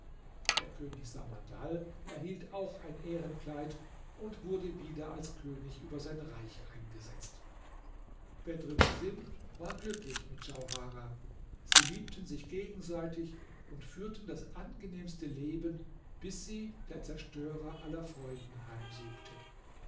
der könig samandal erhielt auch ein ehrenkleid und wurde wieder als könig über sein reich eingesetzt bedr basim war glücklich mit djauharah sie liebten sich gegenseitig und führten das angenehmste leben bis sie der zerstörer aller freuden heimsuchte